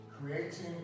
Creating